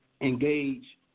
engage